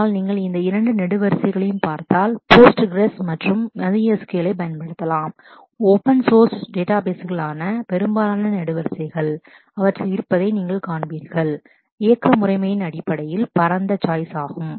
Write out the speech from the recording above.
ஆனால் நீங்கள் இந்த இரண்டு நெடுவரிசைகளையும் பார்த்தால் போஸ்ட்கிரெஸ் postgres மற்றும் MySQL ஐப் பயன்படுத்தலாம் ஓபன் சௌர்ஸ் டேட்டாபேஸ்களுக்கான open source database பெரும்பாலான நெடுவரிசைகள் அவற்றில் இருப்பதை நீங்கள் காண்பீர்கள் இயக்க முறைமையின் அடிப்படையில் பரந்த சாய்ஸ் widest choice